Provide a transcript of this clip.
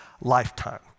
lifetime